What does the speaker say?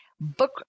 book